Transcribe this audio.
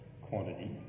quantity